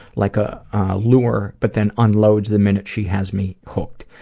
like a lure, but then unloads the minute she has me hooked.